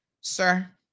sir